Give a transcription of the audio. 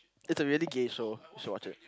it's a really gay show should watch it